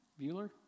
Bueller